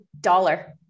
dollar